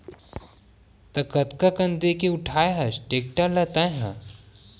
त कतका कन देके उठाय हस टेक्टर ल तैय हा?